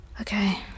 okay